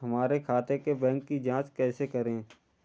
हमारे खाते के बैंक की जाँच कैसे करें?